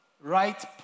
right